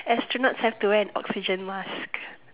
astronauts have to wear an oxygen mask